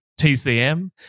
TCM